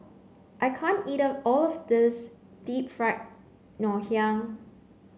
I can't eat all of this deep fried Ngoh Hiang